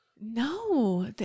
No